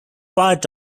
part